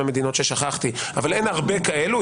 מדינות ששכחתי לציין אותן אבל אין הרבה כאלה.